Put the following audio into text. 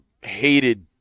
hated